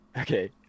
Okay